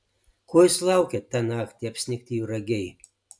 ko jūs laukėt tą naktį apsnigti juragiai